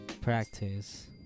practice